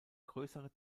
größere